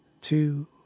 two